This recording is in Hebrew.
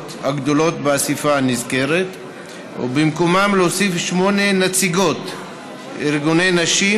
הגדולות באספה הנזכרת ובמקומם להוסיף שמונה נציגות ארגוני נשים,